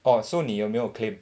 orh so 你有没有 claim